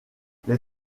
les